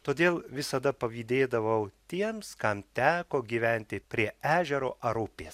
todėl visada pavydėdavau tiems kam teko gyventi prie ežero ar upės